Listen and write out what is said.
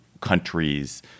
countries